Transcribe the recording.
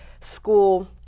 school